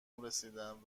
رسیدن